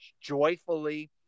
joyfully